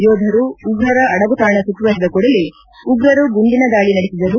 ಯೋಧರು ಉಗ್ರರ ಅಡಗುತಾಣ ಸುತ್ತುವರೆದ ಕೂಡಲೇ ಉಗ್ರರು ಗುಂಡಿನ ದಾಳಿ ನಡೆಸಿದರು